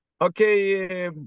Okay